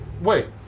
wait